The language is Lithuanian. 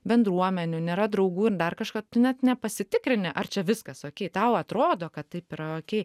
bendruomenių nėra draugų ir dar kažką tu net nepasitikrini ar čia viskas okei tau atrodo kad taip yra okei